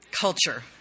culture